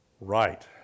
right